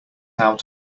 out